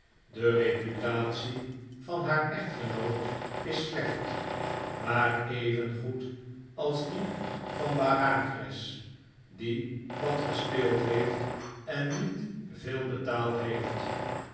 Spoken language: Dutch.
de reputatie van haar echtgenoot is slecht maar even goed als die van bareacres die wat gespeeld heeft en niet veel betaald heeft